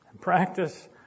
Practice